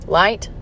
light